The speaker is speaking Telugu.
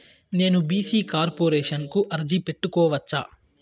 నేను బీ.సీ కార్పొరేషన్ కు అర్జీ పెట్టుకోవచ్చా?